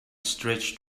stretched